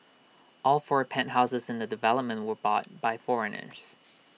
all four penthouses in the development were bought by foreigners